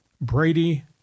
Brady